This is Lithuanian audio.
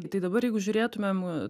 tai dabar jeigu žiūrėtumėm